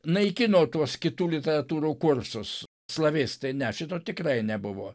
naikino tuos kitų literatūrų kursus slavistai ne šito tikrai nebuvo